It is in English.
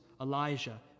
Elijah